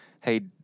hey